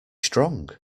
strong